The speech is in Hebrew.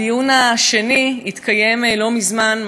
הדיון השני התקיים לא מזמן,